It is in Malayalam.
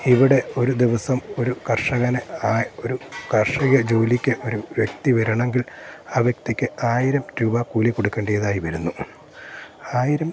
ഇവിടെ ഒരു ദിവസം ഒരു കർഷകന് ഒരു കാർഷിക ജോലിക്ക് ഒരു വ്യക്തി വരണമെങ്കിൽ ആ വ്യക്തിക്ക് ആയിരം രൂപ കൂലി കൊടുക്കേണ്ടതായി വരുന്നു ആയിരം